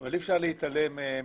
אבל אי אפשר להתעלם מהעובדה,